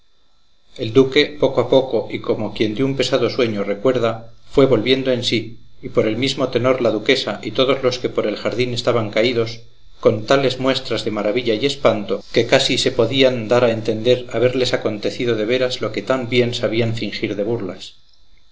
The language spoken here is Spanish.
el duque poco a poco y como quien de un pesado sueño recuerda fue volviendo en sí y por el mismo tenor la duquesa y todos los que por el jardín estaban caídos con tales muestras de maravilla y espanto que casi se podían dar a entender haberles acontecido de veras lo que tan bien sabían fingir de burlas